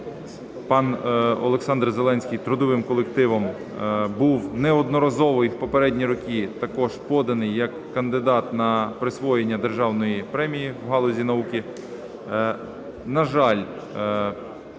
пан Олександр Зеленський трудовим колективом був неодноразово і в попередні роки також поданий як кандидат на присвоєння державної премії в галузі науки.